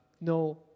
No